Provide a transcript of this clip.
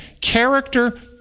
character